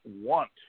want